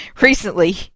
recently